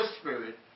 Spirit